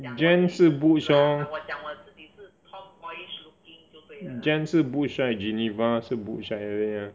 Jen 是 butch lor Jen 是 butch right Jen 是 butch 来的对吗